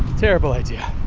terrible idea.